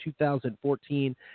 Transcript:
2014